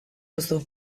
duzu